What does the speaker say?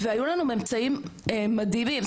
והיו לנו ממצאים מדהימים.